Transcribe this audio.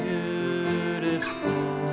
Beautiful